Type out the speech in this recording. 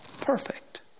perfect